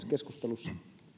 keskustelussa